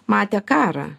matė karą